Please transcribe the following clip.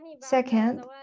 Second